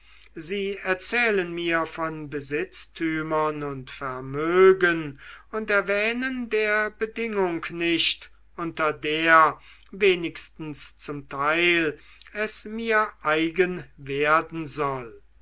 sie erzählen mir von besitztümern und vermögen und erwähnen der bedingung nicht unter der wenigstens zum teil es mir eigen werden soll